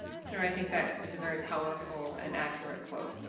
sir, i think that is a very powerful and accurate quote.